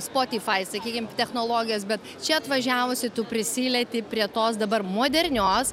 spotify sakykim technologijas bet čia atvažiavusi tu prisilieti prie tos dabar modernios